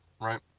right